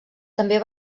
també